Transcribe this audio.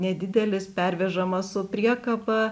nedidelis pervežamas su priekaba